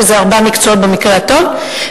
שזה ארבעה מקצועות במקרה הטוב,